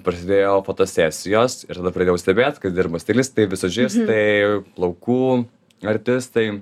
prasidėjo fotosesijos ir tada pradėjau stebėt kaip dirba stilistai vizažistai plaukų artistai